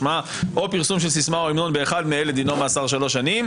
השמעה או פרסום של סיסמה או המנון באחד מאלה דינו מאסר שלוש שנים.